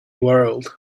world